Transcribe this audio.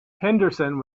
henderson